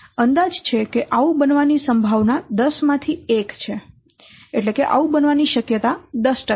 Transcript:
અંદાજ છે કે આવું બનવાની સંભાવના 10 માંથી 1 છે મારો મતલબ છે કે આવું બનવાની શક્યતા 10 છે